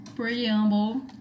Preamble